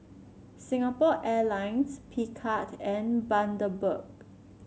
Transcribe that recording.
Singapore Airlines Picard and Bundaberg